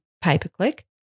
pay-per-click